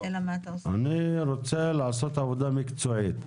אני רוצה לעשות עבודה מקצועית.